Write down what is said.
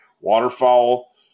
waterfowl